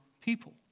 people